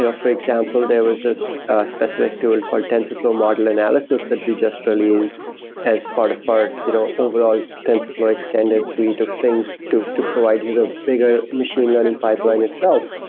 you know for example, there was a specific tool called tensorflow model analysis that we just released as part of our you know overall tensorflow extended suite of things to to provide you the bigger machine learning pipeline itself.